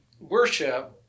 worship